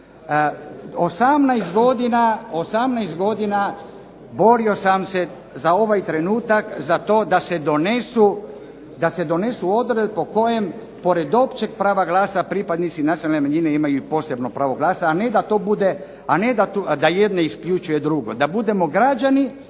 18 godina borio sam se za ovaj trenutak za to da se donesu odredbe po kojem pored općeg prava glasa pripadnici nacionalne manjine imaju posebno pravo glasa, a ne da jedno isključuje drugo. DA budemo građani